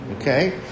okay